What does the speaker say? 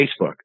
Facebook